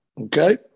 Okay